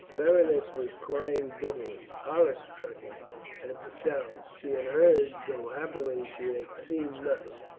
berenice was crying bitterly, horror stricken at the sounds she had heard, though happily she had seen nothing,